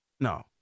No